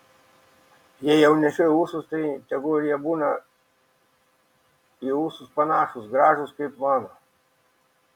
jei jau nešioji ūsus tai tegul jie būna į ūsus panašūs gražūs kaip mano